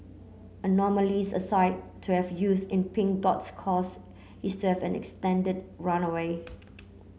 anomalies aside to have youths in Pink Dot's cause is to have an extended runway